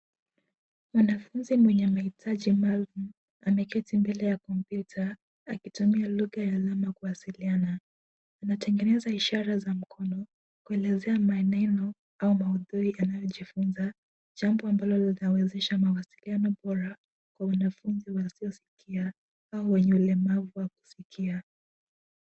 Mwanafunzi mwenye mahitaji maalum, ameketi mbele ya kompyuta akitumia lugha ya alama kuwasiliana. Anatengeneza ishara za mkono kuelezea maneno au maudhui anayojifunza, jambo ambalo linawezesha mawasiliano bora kwa wanafunzi wasiyosikia au wenye ulemavu wa kusikia.